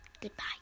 Goodbye